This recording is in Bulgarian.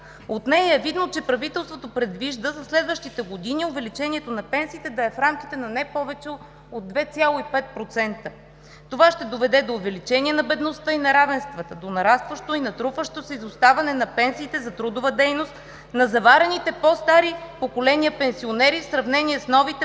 От нея е видно, че правителството предвижда за следващите години увеличението на пенсиите да е в рамките на не повече от 2,5%. Това ще доведе до увеличение на бедността и неравенствата, до нарастващо и натрупващо се изоставане на пенсиите за трудова дейност на заварените по-стари поколения пенсионери, в сравнение с новите